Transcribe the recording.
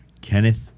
Kenneth